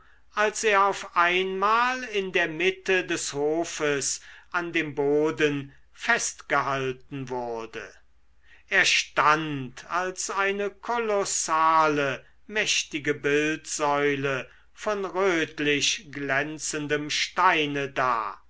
als er auf einmal in der mitte des hofes an dem boden fest gehalten wurde er stand als eine kolossale mächtige bildsäule von rötlich glänzendem steine da